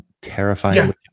terrifying